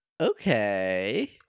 Okay